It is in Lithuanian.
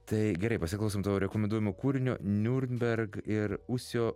tai gerai pasiklausom tavo rekomenduojamo kūrinio niurnberg ir usio